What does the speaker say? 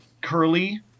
curly